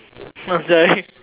so sorry